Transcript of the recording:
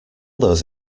those